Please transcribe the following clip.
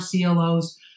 CLOs